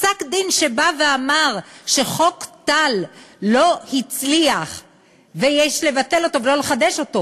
פסק-דין שבא ואמר שחוק טל לא הצליח ויש לבטל אותו ולא לחדש אותו,